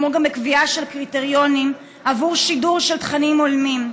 כמו גם בקביעה של קריטריונים עבור שידור של תכנים הולמים.